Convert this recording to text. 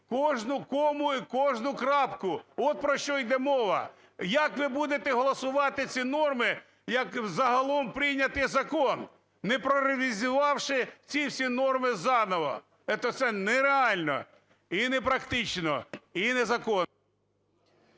кожну кому і кожну крапку. От про що іде мова. Як ви будете голосувати ці норми, як загалом прийнятий закон, не проревізіювавши ці всі норми заново, это все нереально, і непрактично, і незаконно.